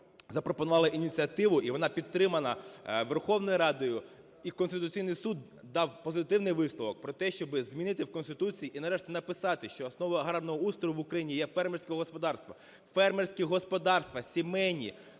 запропонували ініціативу, і вона підтримана Верховною Радою, і Конституційний Суд дав позитивний висновок про те, щоб змінити в Конституції і, нарешті, написати, що основа аграрного устрою в Україні є фермерські господарства. Фермерські господарства, сімейні,